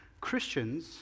Christians